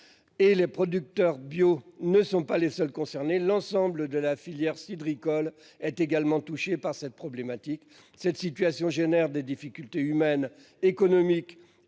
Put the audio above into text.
Et les producteurs bio ne sont pas les seuls concernés l'ensemble de la filière cidricole est également touchée par cette problématique. Cette situation génère des difficultés humaines économiques